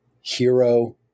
hero